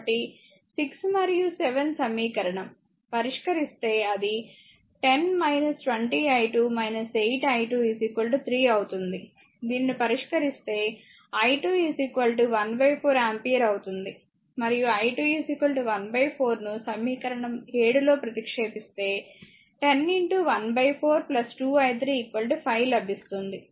కాబట్టి 6 మరియు 7 సమీకరణం పరిష్కరిస్తే అది 10 20 i2 8 i2 3 అవుతుంది దీనిని పరిష్కరిస్తే i2 1 4 ఆంపియర్ అవుతుంది మరియు i2 1 4 ను సమీకరణం 7 లో ప్రతిక్షేపిస్తే 10 14 2 i3 5 లభిస్తుంది